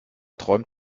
träumt